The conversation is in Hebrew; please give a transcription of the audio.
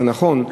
זה נכון,